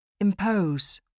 Impose